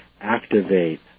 activate